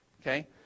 okay